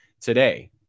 today